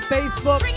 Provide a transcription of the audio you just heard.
Facebook